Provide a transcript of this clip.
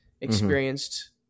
experienced